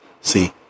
See